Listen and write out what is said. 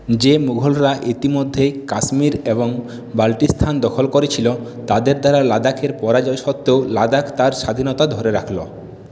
যে মুঘলরা ইতিমধ্যেই কাশ্মীর এবং বাল্টিস্তান দখল করেছিল তাদের দ্বারা লাদাখের পরাজয় সত্ত্বেও লাদাখ তার স্বাধীনতা ধরে রাখল